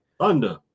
thunder